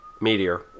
Meteor